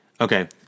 Okay